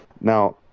now